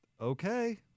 Okay